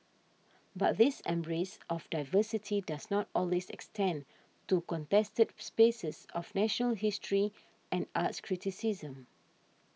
but this embrace of diversity does not always extend to contested spaces of national history and arts criticism